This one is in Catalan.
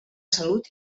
salut